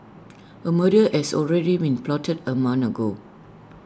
A murder as already been plotted A month ago